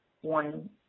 one